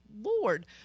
Lord